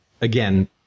Again